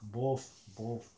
both both